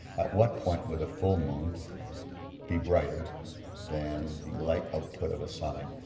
at what point would the full moon be brighter than the light output of a sign